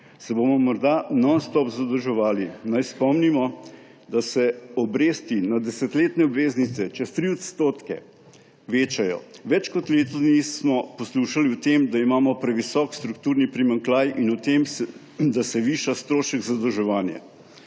Se bomo nonstop zadolževali? Naj spomnimo, da se obresti na desetletne obveznice čez 3 % večajo. Več kot leto dni smo poslušali, da imamo previsok strukturni primanjkljaj in da se viša strošek zadolževanja,